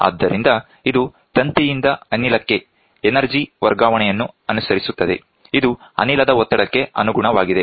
ಆದ್ದರಿಂದ ಇದು ತಂತಿಯಿಂದ ಅನಿಲಕ್ಕೆ ಎನರ್ಜಿ ವರ್ಗಾವಣೆಯನ್ನು ಅನುಸರಿಸುತ್ತದೆ ಇದು ಅನಿಲದ ಒತ್ತಡಕ್ಕೆ ಅನುಗುಣವಾಗಿದೆ